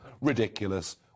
ridiculous